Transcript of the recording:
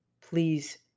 please